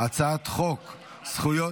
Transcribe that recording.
הצעת חוק זכויות,